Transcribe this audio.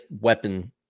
weapon